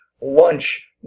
lunch